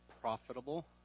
Profitable